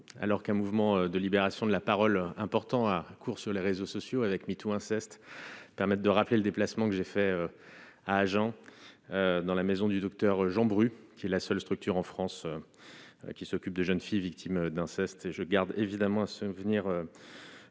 alors qu'un mouvement de libération de la parole important à court sur les réseaux sociaux avec tout inceste permettent de rappeler le déplacement que j'ai fait à agent dans la maison du Docteur Jean Bru qui la seule structure en France qui s'occupe de jeunes filles victimes d'inceste